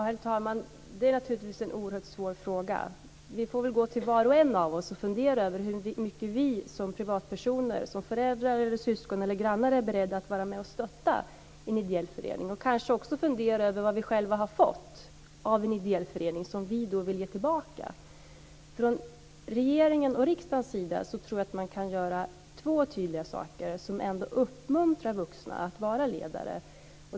Herr talman! Det här är naturligtvis en oerhört svår fråga. Var och en av oss får väl fundera över hur mycket vi som privatpersoner - som föräldrar, syskon eller grannar - är beredda att vara med och stötta en ideell förening. Kanske ska vi också fundera över vad vi själva har fått av en ideell förening och som vi vill ge tillbaka. Från regeringens och riksdagens sida tror jag att två tydliga saker kan göras som ändå uppmuntrar vuxna att vara ledare.